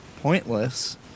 pointless